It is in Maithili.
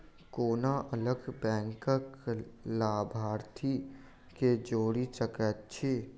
कोना अलग बैंकक लाभार्थी केँ जोड़ी सकैत छी?